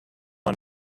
and